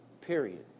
Period